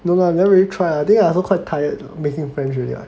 no lah never really try lah I also quite tired making friends already ah